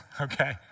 Okay